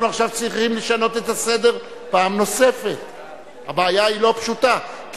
לא פשוטה,